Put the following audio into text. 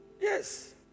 Yes